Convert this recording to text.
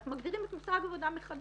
אנחנו מגדירים את מושג העבודה מחדש.